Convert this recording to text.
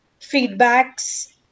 feedbacks